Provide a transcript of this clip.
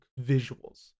visuals